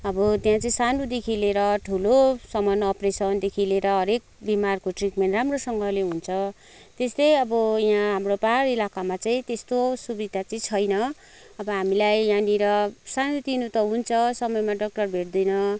अब त्यहाँ चाहिँ सानोदेखि लिएर ठुलोसम्म अपरेसनदेखि लिएर हरेक बिमारको ट्रिटमेन्ट राम्रोसँगले हुन्छ त्यस्तै अब यहाँ हाम्रो पहाड इलाकामा चाहिँ त्यस्तो सुविधा चाहिँ छैन अब हामीलाई यहाँनिर सानो तिनो त हुन्छ समयमा डक्टर भेट्दैन